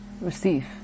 receive